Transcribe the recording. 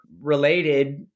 Related